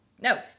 No